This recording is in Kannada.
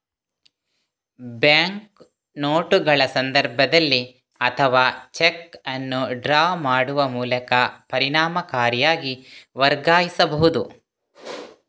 ಬ್ಯಾಂಕು ನೋಟುಗಳ ಸಂದರ್ಭದಲ್ಲಿ ಅಥವಾ ಚೆಕ್ ಅನ್ನು ಡ್ರಾ ಮಾಡುವ ಮೂಲಕ ಪರಿಣಾಮಕಾರಿಯಾಗಿ ವರ್ಗಾಯಿಸಬಹುದು